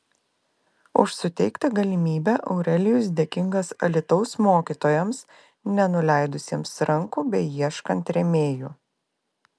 už suteiktą galimybę aurelijus dėkingas alytaus mokytojams nenuleidusiems rankų beieškant rėmėjų